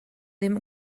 ddim